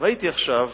ראיתי עכשיו